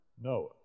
Noah